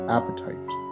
Appetite